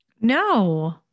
no